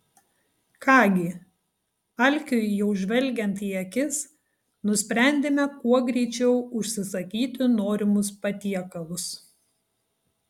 ką gi alkiui jau žvelgiant į akis nusprendėme kuo greičiau užsisakyti norimus patiekalus